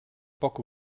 poc